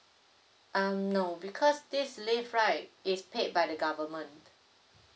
um no because this leave right is paid by the government